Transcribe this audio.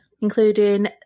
including